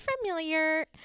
familiar